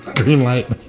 green light.